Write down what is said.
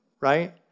right